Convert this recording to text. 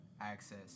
access